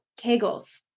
kegels